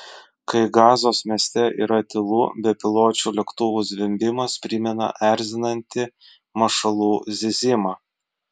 kai gazos mieste yra tylu bepiločių lėktuvų zvimbimas primena erzinantį mašalų zyzimą